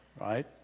right